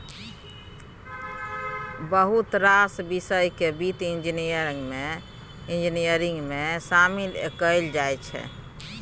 बहुत रास बिषय केँ बित्त इंजीनियरिंग मे शामिल कएल जाइ छै